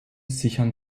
sichern